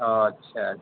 اچھا اچھا